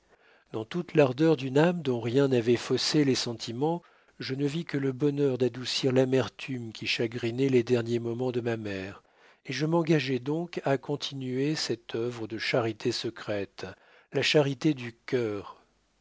dans toute l'ardeur d'une âme dont rien n'avait faussé les sentiments je ne vis que le bonheur d'adoucir l'amertume qui chagrinait les derniers moments de ma mère et je m'engageai donc à continuer cette œuvre de charité secrète la charité du cœur